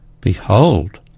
Behold